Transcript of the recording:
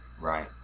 Right